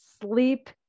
Sleep